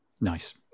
Nice